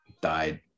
died